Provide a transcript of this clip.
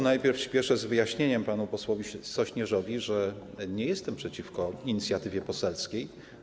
Najpierw spieszę z wyjaśnieniem panu posłowi Sośnierzowi, że nie jestem przeciwko inicjatywie poselskiej.